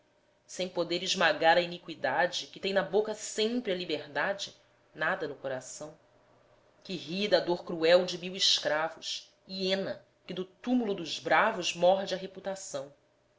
sem poder esmagar a iniqüidade que tem na boca sempre a liberdade nada no coração que ri da dor cruel de mil escravos hiena que do túmulo dos bravos morde a reputação